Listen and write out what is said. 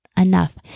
Enough